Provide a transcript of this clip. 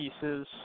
pieces